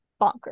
bonkers